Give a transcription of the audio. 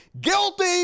Guilty